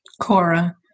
Cora